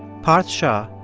parth shah,